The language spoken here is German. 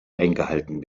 eingehalten